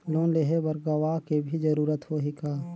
Loan लेहे बर गवाह के भी जरूरत होही का?